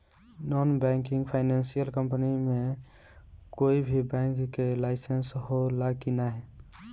Non banking financial company मे कोई भी बैंक के लाइसेन्स हो ला कि ना?